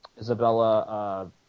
Isabella